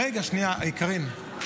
רגע, שנייה, קארין,